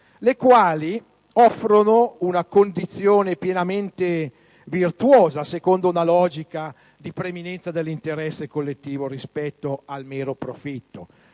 le quali offrono una condizione pienamente virtuosa secondo una logica di preminenza dell'interesse collettivo rispetto al mero profitto.